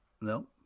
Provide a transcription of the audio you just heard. no